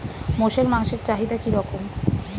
মোষের মাংসের চাহিদা কি রকম?